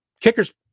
kickers